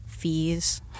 fees